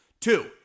Two